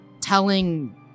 telling